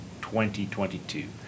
2022